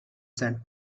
sand